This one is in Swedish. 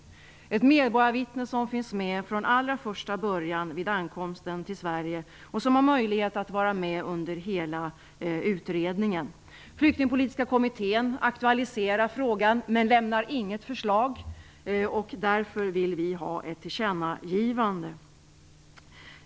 Tanken är att ett medborgarvittne finns med från allra första början vid asylsökandes ankomst till Sverige och är med under hela utredningen. Flyktingpolitiska kommittén aktualiserar frågan men lämnar inget förslag. Därför vill vi ha ett tillkännagivande.